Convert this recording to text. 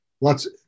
lots